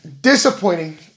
Disappointing